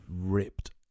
ripped